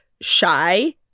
Shy